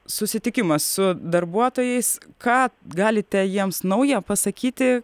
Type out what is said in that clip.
susitikimas su darbuotojais ką galite jiems nauja pasakyti